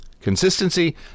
consistency